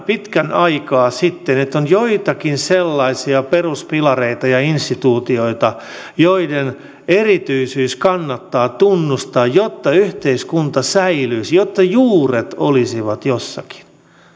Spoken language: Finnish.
pitkän aikaa sitten että on joitakin sellaisia peruspilareita ja instituutioita joiden erityisyys kannattaa tunnustaa jotta yhteiskunta säilyisi ja jotta juuret olisivat jossakin